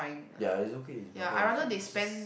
ya it's okay it's perfectly fine it's just